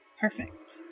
Perfect